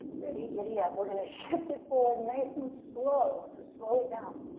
ready? giddy-up. we're gonna shift it forward, nice and slow, so slow it down.